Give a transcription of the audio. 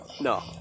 No